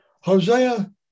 Hosea